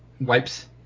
wipes